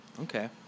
Okay